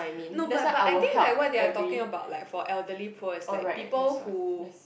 no but but I think like what they are talking about like for elderly poor is like people who